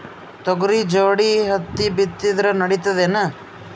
ತೊಗರಿ ಜೋಡಿ ಹತ್ತಿ ಬಿತ್ತಿದ್ರ ನಡಿತದೇನು?